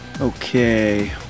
Okay